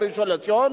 ראשון-לציון,